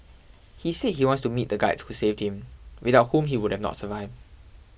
he say he wants to meet the guides who saved him without whom he would not survived